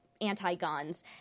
anti-guns